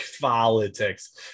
politics